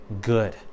good